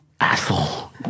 asshole